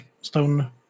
stone